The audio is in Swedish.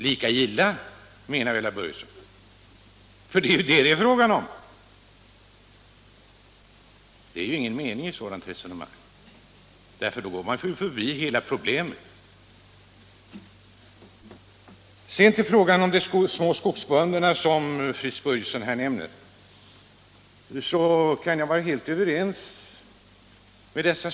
Lika illa, menar väl herr Börjesson i Glömminge, för det är vad det är fråga om. Det är ingen mening i ett sådant resonemang, för då går man förbi hela problemet. Fritz Börjesson tog upp frågan om de små skogsbönderna i Norrland, och jag håller helt med dem.